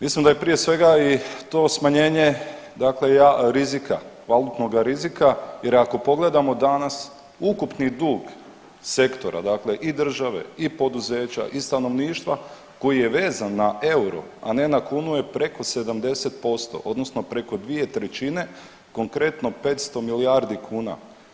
Mislim da je prije svega i to smanjenje rizika, valutnoga rizika jer ako pogledamo danas ukupni dug sektora dakle i države i poduzeća i stanovništva koji je vezan na euro, a ne na kunu je preko 70% odnosno preko dvije trećine, konkretno 500 milijardi kuna.